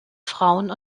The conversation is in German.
frauen